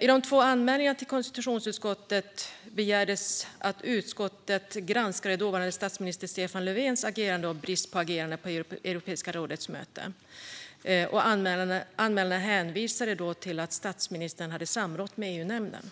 I de två anmälningarna till konstitutionsutskottet begärdes att utskottet skulle granska dåvarande statsminister Stefan Löfvens agerande och brist på agerande vid Europeiska rådets möte. Anmälarna hänvisade till att statsministern hade samrått med EU-nämnden.